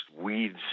weeds